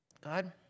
God